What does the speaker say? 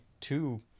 two